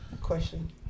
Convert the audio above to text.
Question